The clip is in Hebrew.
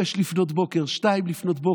05:00,